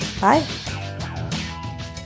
Bye